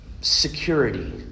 security